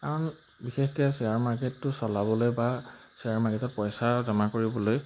কাৰণ বিশেষকৈ শ্বেয়াৰ মাৰ্কেটটো চলাবলৈ বা শ্বেয়াৰ মাৰ্কেটত পইচা জমা কৰিবলৈ